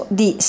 di